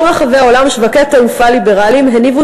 בכל רחבי העולם שוקי תעופה ליברליים הניבו